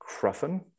cruffin